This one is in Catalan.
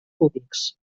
cúbics